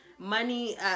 Money